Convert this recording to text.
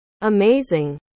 Amazing